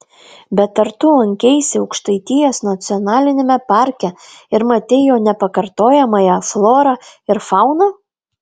bet ar tu lankeisi aukštaitijos nacionaliniame parke ir matei jo nepakartojamąją florą ir fauną